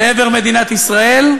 לעבר מדינת ישראל,